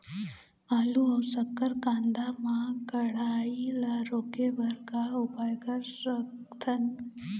आलू अऊ शक्कर कांदा मा कढ़ाई ला रोके बर का उपाय कर सकथन?